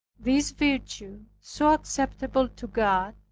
this virtue, so acceptable to god,